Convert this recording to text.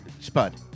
Spud